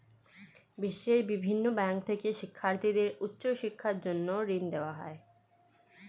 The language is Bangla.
বিশ্বের বিভিন্ন ব্যাংক থেকে শিক্ষার্থীদের উচ্চ শিক্ষার জন্য ঋণ দেওয়া হয়